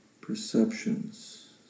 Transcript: perceptions